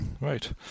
Right